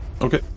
Okay